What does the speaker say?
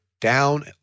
down